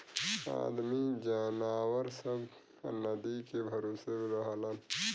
आदमी जनावर सब नदी के भरोसे रहलन